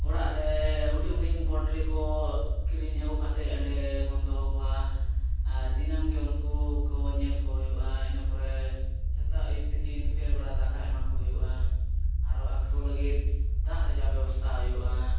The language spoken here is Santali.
ᱚᱲᱟᱜ ᱨᱮ ᱦᱩᱰᱤᱧ ᱦᱩᱰᱤᱧ ᱯᱚᱞᱴᱨᱤ ᱠᱚ ᱠᱤᱨᱤᱧ ᱟᱹᱜᱩ ᱠᱟᱛᱮᱫ ᱚᱸᱰᱮ ᱵᱚᱱ ᱫᱚᱦᱚ ᱠᱚᱣᱟ ᱟᱨ ᱫᱤᱱᱟᱹᱢ ᱜᱮ ᱩᱱᱠᱩ ᱠᱚ ᱧᱮᱞ ᱠᱚ ᱦᱩᱭᱩᱜᱼᱟ ᱤᱱᱟᱹ ᱯᱚᱨᱮ ᱥᱮᱛᱟᱜ ᱟᱹᱭᱩᱵ ᱛᱤᱠᱤᱱ ᱯᱮ ᱵᱮᱲᱟ ᱫᱟᱠᱟ ᱮᱢᱟᱠᱚ ᱦᱩᱭᱩᱜᱼᱟ ᱟᱨ ᱟᱠᱚ ᱞᱟᱹᱜᱤᱫ ᱫᱟᱜ ᱨᱮᱭᱟᱜ ᱵᱮᱵᱚᱥᱛᱷᱟ ᱦᱩᱭᱩᱜᱼᱟ